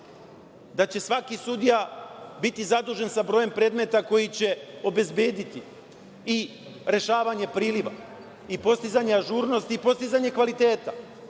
da će svaki sudija biti zadužen sa brojem predmeta koji će obezbediti i rešavanje priliva, i postizanje ažurnosti i postizanje kvaliteta,